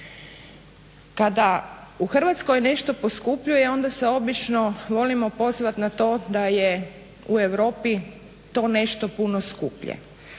Kada u Hrvatskoj nešto poskupljuje onda se obično volimo pozvati na to da je u Europi to nešto puno skuplje.